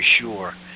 sure